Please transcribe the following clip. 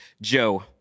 Joe